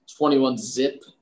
21-zip